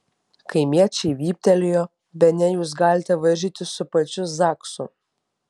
kaimiečiai vyptelėjo bene jūs galite varžytis su pačiu zaksu